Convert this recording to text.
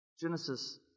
Genesis